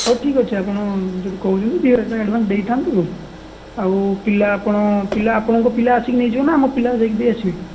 ହଉ ଠିକ୍ ଅଛି ଆପଣ ଯଦି କହୁଛନ୍ତି ଦୁଇ ହଜାର ଟଙ୍କା ଆଡ୍ଭାନ୍ସ ଦେଇଥାନ୍ତୁ ଆଉ ପିଲା ଆପଣ ଆପଣଙ୍କ ପିଲା ଆସି ନେଇଯିବ ନା ଆମ ପିଲା ଯାଇକି ଦେଇଆସିବେ